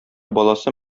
баласы